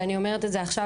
ואני אומרת את זה עכשיו,